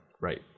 Right